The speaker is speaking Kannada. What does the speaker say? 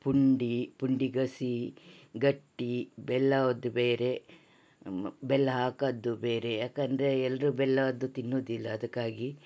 ಪುಂಡಿ ಪುಂಡಿಗಸಿ ಗಟ್ಟಿ ಬೆಲ್ಲದ್ದು ಬೇರೆ ಬೆಲ್ಲ ಹಾಕದ್ದು ಬೇರೆ ಯಾಕಂದರೆ ಎಲ್ಲರು ಬೆಲ್ಲದ್ದು ತಿನ್ನೋದಿಲ್ಲ ಅದಕ್ಕಾಗಿ